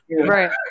right